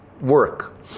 work